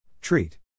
Treat